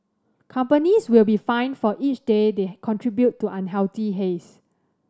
companies will be fined for each day that they contribute to unhealthy haze